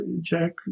Jack